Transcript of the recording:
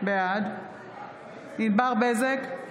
בעד ענבר בזק,